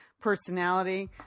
personality